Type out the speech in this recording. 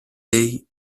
lei